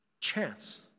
chance